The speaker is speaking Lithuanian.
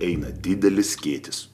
eina didelis skėtis